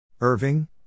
Irving